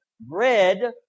bread